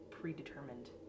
predetermined